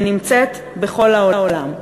שנמצאת בכל העולם,